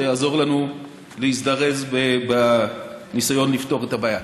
זה יעזור לנו להזדרז בניסיון לפתור את הבעיה.